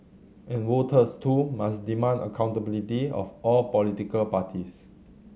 and voters too must demand accountability of all political parties